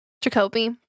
Jacoby